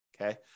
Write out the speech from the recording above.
Okay